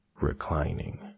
reclining